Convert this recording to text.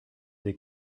des